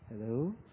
Hello